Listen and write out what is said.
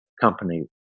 company